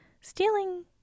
stealing